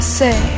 say